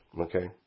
okay